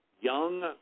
young